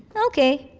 ok.